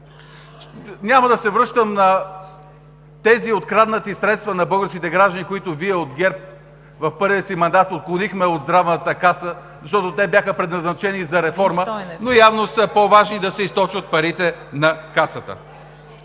Няма да се връщам на тези откраднати средства от българските граждани, които Вие от ГЕРБ в първия си мандат отклонихте от Здравната каса, защото те бяха предназначени за реформа, но явно е по-важно да се източат парите на Касата.